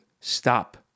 stop